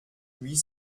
huit